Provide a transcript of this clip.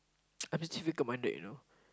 I'm still fickle minded you know